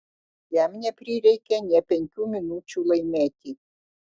jam neprireikė nė penkių minučių laimėti